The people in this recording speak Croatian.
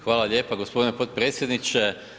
Hvala lijepa g. potpredsjedniče.